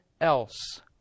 else